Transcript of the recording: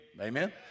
Amen